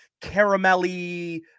caramelly